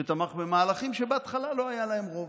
שתמך במהלכים שבהתחלה לא היה להם רוב.